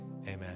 Amen